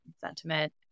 sentiment